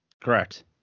Correct